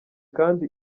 kandi